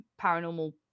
paranormal